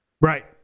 Right